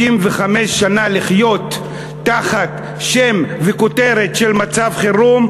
65 שנה לחיות תחת שם וכותרת של מצב חירום,